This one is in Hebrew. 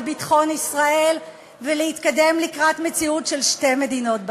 ביטחון ישראל ולהתקדם לקראת מציאות של שתי מדינות בשטח: